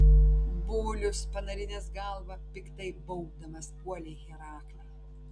bulius panarinęs galvą piktai baubdamas puolė heraklį